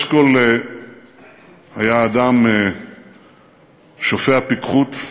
אשכול היה אדם שופע פיקחות,